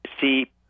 see